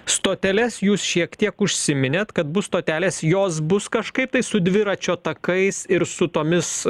stoteles jūs šiek tiek užsiminėt kad bus stotelės jos bus kažkaip tai su dviračio takais ir su tomis